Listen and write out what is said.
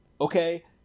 Okay